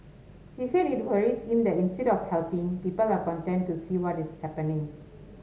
he said it worries him that instead of helping people are content to see what is happening